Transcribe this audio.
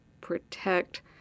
protect